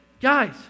guys